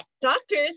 doctors